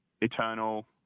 Eternal